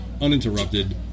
uninterrupted